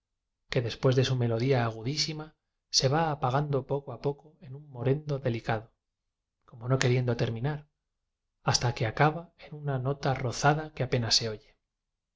que después de su melodía agudísima se va apagando poco a poco en un morendo delicado como no queriendo terminar hasta que acaba en una nota rozada que apenas se oye